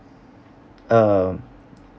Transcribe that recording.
um